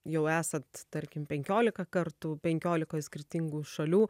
jau esat tarkim penkiolika kartų penkiolikoj skirtingų šalių